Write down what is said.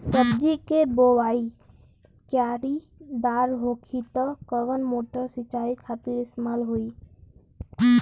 सब्जी के बोवाई क्यारी दार होखि त कवन मोटर सिंचाई खातिर इस्तेमाल होई?